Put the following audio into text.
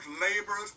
laborers